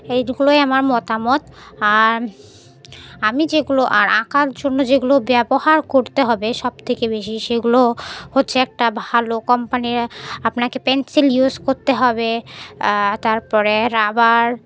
এইগুলোই আমার মতামত আর আমি যেগুলো আর আঁকার জন্য যেগুলো ব্যবহার করতে হবে সবথেকে বেশি সেগুলো হচ্ছে একটা ভালো কোম্পানির আপনাকে পেনসিল ইউস করতে হবে তারপরে রাবার